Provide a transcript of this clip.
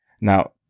now